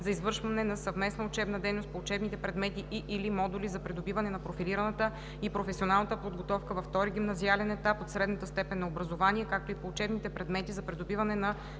за извършване на съвместна учебна дейност по учебните предмети и/или модули за придобиване на профилираната и професионалната подготовка във втори гимназиален етап от средната степен на образование, както и по учебните предмети за придобиване на